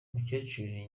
umukecuru